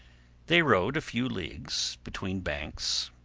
they rowed a few leagues, between banks,